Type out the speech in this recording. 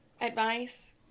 advice